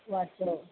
गुवाहाटिआव